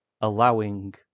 allowing